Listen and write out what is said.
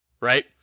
right